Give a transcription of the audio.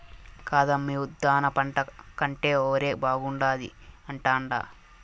కాదమ్మీ ఉద్దాన పంట కంటే ఒరే బాగుండాది అంటాండా